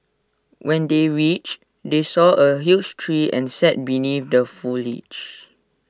when they reached they saw A huge tree and sat beneath the foliage